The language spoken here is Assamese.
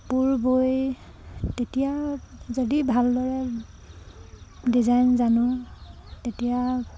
কাপোৰ বৈ তেতিয়া যদি ভালদৰে ডিজাইন জানোঁ তেতিয়া